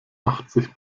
achtzig